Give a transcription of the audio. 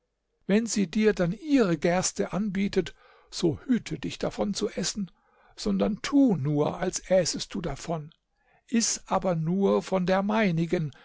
wenn sie dir dann ihre gerste anbietet so hüte dich davon zu essen sondern tu nur als äßest du davon iß aber nur von der meinigen